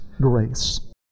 grace